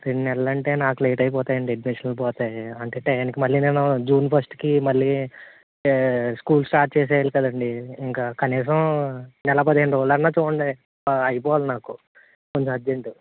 రెండు నెలల అంటే నాకు లేట్ అయిపోతాయండి అడ్మిషన్లు పోతాయి అంటే టయానికి మళ్ళీ నేను జూన్ ఫస్ట్కి మళ్ళీ స్కూల్ స్టార్ట్ చేసేయాలి కదండీ ఇంకా కనీసం నెల పదిహేను రోజులు అయినా చూడండి అయిపోవాలి నాకు కొంచెం అర్జెంటు